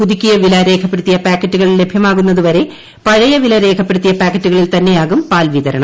പുതുക്കിയ വില രേഖപ്പെടുത്തിയ പാക്കറ്റുകൾ ലഭൃമാകുന്നത് വരെ പഴയ വില രേഖപ്പെടുത്തിയ പാക്കറ്റുകളിൽ തന്നെയാകും പാൽ വിതരണം